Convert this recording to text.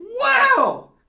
Wow